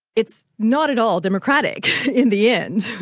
it's not at all democratic in the end.